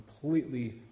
completely